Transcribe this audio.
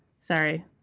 Sorry